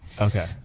Okay